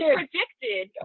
predicted